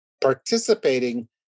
participating